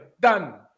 Done